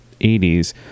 80s